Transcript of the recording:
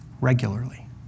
regularly